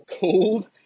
cold